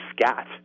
scat